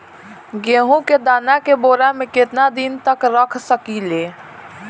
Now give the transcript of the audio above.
गेहूं के दाना के बोरा में केतना दिन तक रख सकिले?